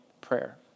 prayer